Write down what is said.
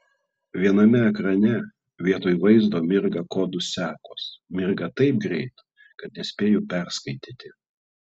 viename ekrane vietoj vaizdo mirga kodų sekos mirga taip greit kad nespėju perskaityti